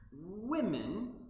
Women